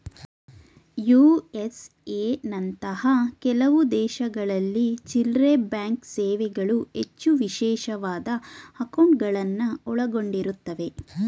USA ನಂತಹ ಕೆಲವು ದೇಶಗಳಲ್ಲಿ ಚಿಲ್ಲ್ರೆಬ್ಯಾಂಕ್ ಸೇವೆಗಳು ಹೆಚ್ಚು ವಿಶೇಷವಾದ ಅಂಕೌಟ್ಗಳುನ್ನ ಒಳಗೊಂಡಿರುತ್ತವೆ